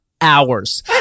hours